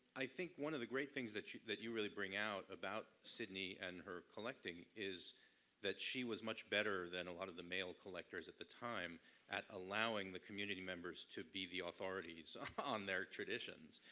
i think one of the great things that you that you really bring out about sidney and her collecting is that she was much better than a lot of the male collectors at the time at allowing the community members to be the authorities on their traditions.